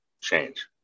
change